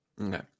Okay